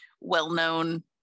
well-known